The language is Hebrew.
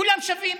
שכולם שווים,